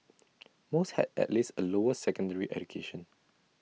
most had at least A lower secondary education